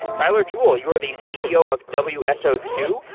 tyler jewell, you are the ceo of w s o two.